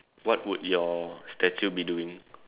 what would your statue be doing